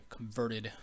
converted